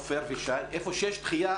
עפר ושי,